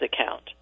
account